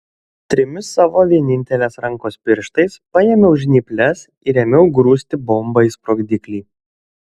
trimis savo vienintelės rankos pirštais paėmiau žnyples ir ėmiau grūsti bombą į sprogdiklį